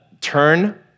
turn